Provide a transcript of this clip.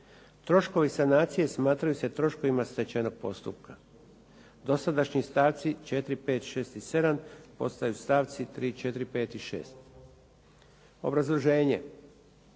"Troškovi sanacije smatraju se troškovima stečajnog postupka. Dosadašnji stavci 4., 5., 6. i 7. postaju stavci 3., 4. 5. i 6.". Obrazloženje,